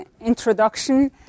introduction